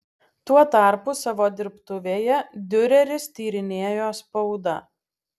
tuo tarpu savo dirbtuvėje diureris tyrinėjo spaudą